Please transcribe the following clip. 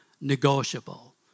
negotiable